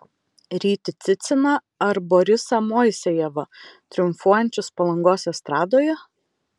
rytį ciciną ar borisą moisejevą triumfuojančius palangos estradoje